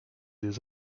des